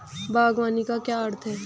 बागवानी का क्या अर्थ है?